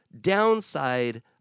downside